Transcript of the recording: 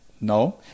No